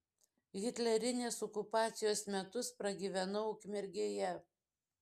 hitlerinės okupacijos metus pragyvenau ukmergėje